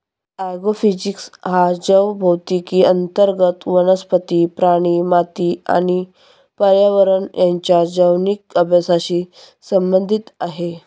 agrophysics हा जैवभौतिकी अंतर्गत वनस्पती, प्राणी, माती आणि पर्यावरण यांच्या जैविक अभ्यासाशी संबंधित आहे